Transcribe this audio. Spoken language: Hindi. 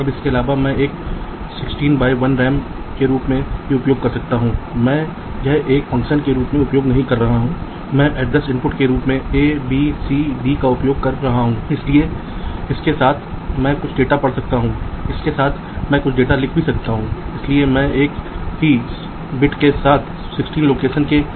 स्लाइड समय का संदर्भ लें 2010 तो आइए हम एक और उदाहरण लें वास्तव में एक ही उदाहरण यह वही उदाहरण मैं दिखा रहा हूं कि जब भी आप एक नेट को रूट करते हैं तो ग्राउंड को नेट कहते हैं